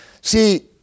see